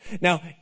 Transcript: Now